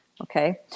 Okay